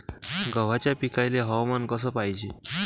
गव्हाच्या पिकाले हवामान कस पायजे?